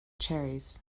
cherries